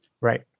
Right